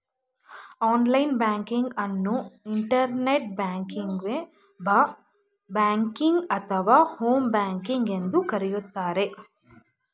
online banking ಅನ್ನು internet ಬ್ಯಾಂಕಿಂಗ್ವೆ, ಬ್ ಬ್ಯಾಂಕಿಂಗ್ ಅಥವಾ ಹೋಮ್ ಬ್ಯಾಂಕಿಂಗ್ ಎಂದು ಕರೆಯುತ್ತಾರೆ